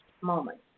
moment